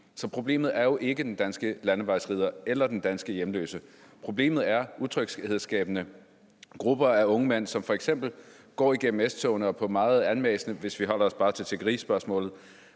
Så problemet er jo ikke den danske landevejsridder eller den danske hjemløse. Problemet er utryghedsskabende grupper af unge mænd, som f.eks. går igennem S-togene og på en meget anmassende – hvis vi holder os bare til tiggerispørgsmålet